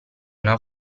una